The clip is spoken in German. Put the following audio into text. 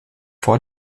vor